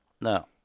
no